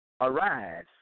Arise